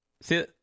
See